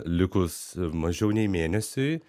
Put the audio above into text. likus mažiau nei mėnesiui